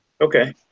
Okay